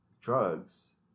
drugs